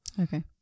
okay